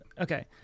Okay